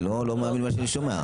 אני לא מאמין למה שאני שומע.